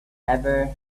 never